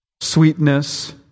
sweetness